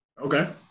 Okay